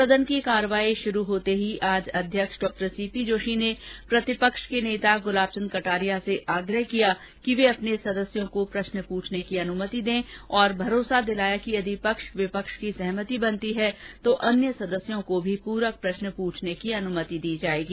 सदन की कार्यवाही शुरू होते ही आज अध्यक्ष डॉ सीपी जोषी ने प्रतिपक्ष के नेता गुलाब चंद कटारिया से आग्रह किया कि वे अपने सदस्यों को प्रष्न पूछने की अनुमति दें और भरोसा दिलाया कि यदि पक्ष विपक्ष की सहमति बनती है तो अन्य सदस्यों को भी पूरक प्रष्न पूछने की अनुमति दी जायेगी